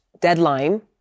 deadline